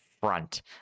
front